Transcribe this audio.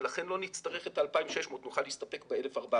ולכן לא נצטרך את ה-2,600 אלא נוכל להסתפק ב-1,400,